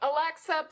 Alexa